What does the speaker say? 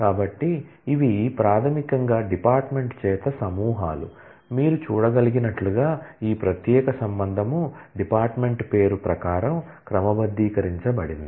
కాబట్టి ఇవి ప్రాథమికంగా డిపార్ట్మెంట్ చేత సమూహాలు మీరు చూడగలిగినట్లుగా ఈ ప్రత్యేక రిలేషన్ డిపార్ట్మెంట్ పేరు ప్రకారం క్రమబద్ధీకరించబడింది